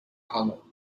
hollow